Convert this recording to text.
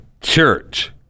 church